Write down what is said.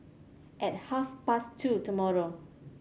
at half past two tomorrow